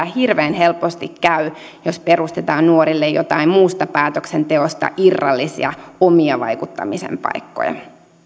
hirveän helposti käy jos perustetaan nuorille joitain muusta päätöksenteosta irrallisia omia vaikuttamisen paikkoja